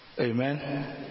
amen